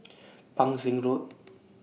Pang Seng Road